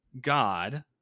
God